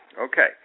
Okay